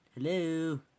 Hello